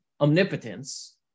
omnipotence